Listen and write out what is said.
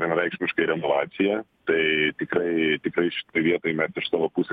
vienareikšmiškai renovacija tai tikrai tikrai šitoj vietoj mes iš savo pusės